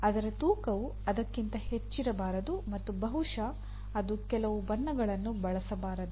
ಅದರ ತೂಕವು ಅದಕ್ಕಿಂತ ಹೆಚ್ಚಿರಬಾರದು ಮತ್ತು ಬಹುಶಃ ಅದು ಕೆಲವು ಬಣ್ಣಗಳನ್ನು ಬಳಸಬಾರದು